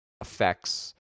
effects